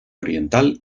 oriental